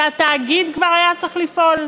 שהתאגיד כבר היה צריך לפעול.